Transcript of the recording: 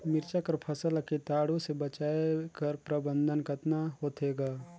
मिरचा कर फसल ला कीटाणु से बचाय कर प्रबंधन कतना होथे ग?